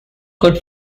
good